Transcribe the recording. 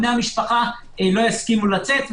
בני המשפחה לא יסכימו לצאת.